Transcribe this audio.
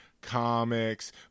Comics